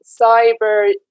cyber